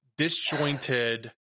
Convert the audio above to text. Disjointed